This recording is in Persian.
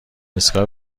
ایستگاه